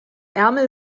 ärmel